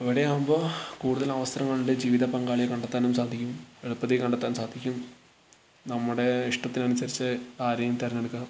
അവിടെ ആകുമ്പോൾ കൂടുതൽ അവസരങ്ങൾ ഉണ്ട് ജീവിത പങ്കാളിയെ കണ്ടെത്താനും സാധിക്കും എളുപ്പത്തിൽ കണ്ടെത്താൻ സാധിക്കും നമ്മുടെ ഇഷ്ടത്തിനനുസരിച്ച് ആരെയും തിരഞ്ഞെടുക്കാം